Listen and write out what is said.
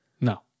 no